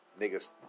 niggas